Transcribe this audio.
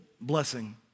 blessing